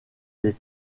les